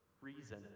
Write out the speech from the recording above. reason